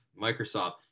Microsoft